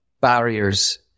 barriers